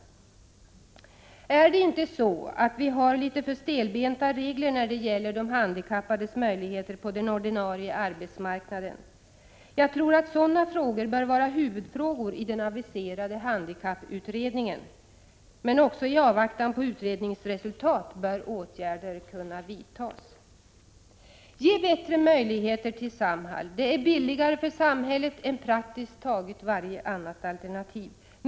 Har vi inte litet för stelbenta regler när det gäller de handikappades möjligheter på den ordinarie arbetsmarknaden? Jag tycker att sådana frågor bör vara huvudfrågor i den aviserade handikapputredningen. Men också i avvaktan på utredningsresultat bör åtgärder kunna vidtas. Ge bättre möjligheter till Samhall. Det är billigare för samhället än praktiskt taget varje annat alternativ.